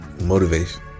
Motivation